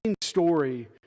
story